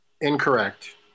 incorrect